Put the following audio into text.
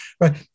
right